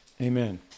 Amen